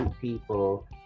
people